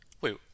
Wait